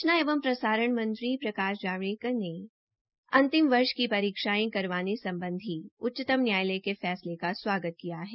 सूचना एवं प्रसारण मत्री प्रकाश जावड़ेकर ने अंतिम वर्ष की परीक्षायें सम्बधी उच्चतम न्यायालय के फैसले का स्वागत किया है